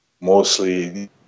mostly